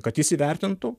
kad jis įvertintų